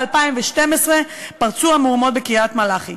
ב-2012 פרצו המהומות בקריית-מלאכי,